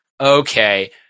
okay